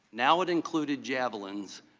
now it included javelins,